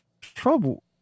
trouble